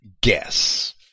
guess